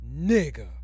Nigga